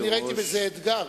אני ראיתי בזה אתגר,